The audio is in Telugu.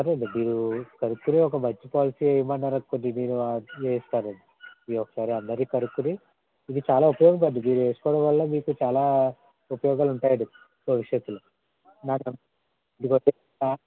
సరేనండి మీరు కనుక్కుని ఒక మంచి పోలసీ వెయ్యమన్నారనుకోండి నేను వెయ్యిస్తానండి మీరొకసారి అందరిని కనుక్కుని ఇది చాలా ఉపయోగమండి ఇది వేసుకోవడం చాలా ఉపయోగాలు ఉంటాయండి భవిష్యత్తులో